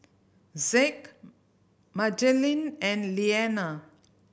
Zeke Madelene and Leaner